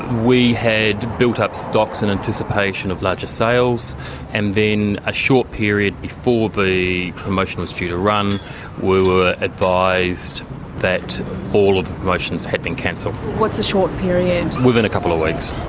we had built up stocks in anticipation of larger sales and then a short period before the promotion was due to run we were advised that all of the promotions had been cancelled. what's a short period? within a couple of weeks.